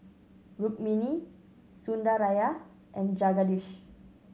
Rukmini Sundaraiah and Jagadish